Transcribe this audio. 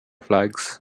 flags